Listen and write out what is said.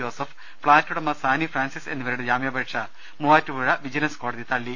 Joseph flat ഉടമ Sani Francis എന്നിവ രുടെ ജാമ്യാപേക്ഷ മൂവാറ്റുപുഴ വിജിലൻസ് കോടതി തള്ളി